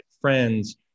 friends